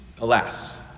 Alas